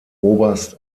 oberst